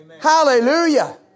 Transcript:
Hallelujah